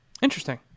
Interesting